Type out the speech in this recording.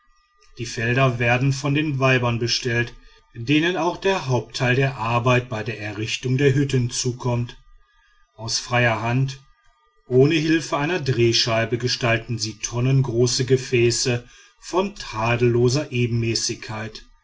die felder werden von den weibern bestellt denen auch der hauptteil der arbeit bei der einrichtung der hütten zukommt aus freier hand ohne hilfe einer drehscheibe gestalten sie tonnengroße gefäße von tadelloser ebenmäßigkeit